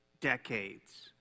decades